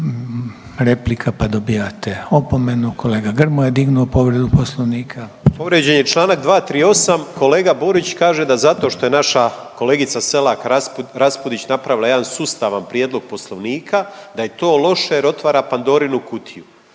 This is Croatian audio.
replika pa dobivate opomenu. Kolega Grmoja je dignuo povredu Poslovnika. **Grmoja, Nikola (MOST)** Povrijeđen je čl. 238. Kolega Burić kaže da zato što je naša kolegica Selak Raspudić napravila jedan sustavan prijedlog Poslovnika, da je to loše jer otvara Pandorinu kutiju.